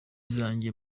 zanjye